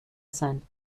sein